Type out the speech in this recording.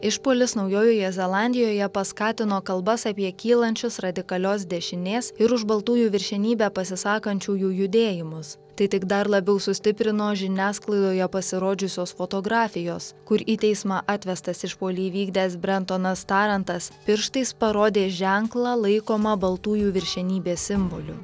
išpuolis naujojoje zelandijoje paskatino kalbas apie kylančius radikalios dešinės ir už baltųjų viršenybę pasisakančiųjų judėjimus tai tik dar labiau sustiprino žiniasklaidoje pasirodžiusios fotografijos kur į teismą atvestas išpuolį įvykdęs brentonas tarantas pirštais parodė ženklą laikomą baltųjų viršenybės simboliu